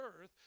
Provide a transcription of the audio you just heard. earth